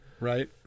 Right